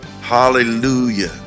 hallelujah